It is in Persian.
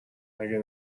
مگه